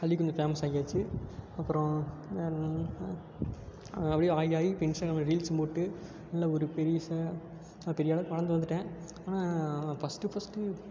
அதுலேயும் கொஞ்சம் ஃபேமஸ் ஆகியாச்சு அப்புறம் வேறு அப்படியே ஆகி ஆகி இப்போ இன்ஸ்டாகிராமில் ரீல்ஸும் போட்டு நல்ல ஒரு பெருசாக பெரிய ஆளாக இப்போ வளர்ந்து வந்துவிட்டேன் ஆனால் ஃபஸ்ட்டு ஃபஸ்ட்டு